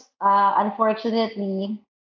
unfortunately